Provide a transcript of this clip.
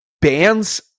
bands